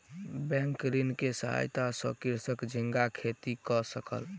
bank ऋण के सहायता सॅ कृषक झींगा खेती कय सकल